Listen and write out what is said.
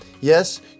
Yes